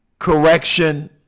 correction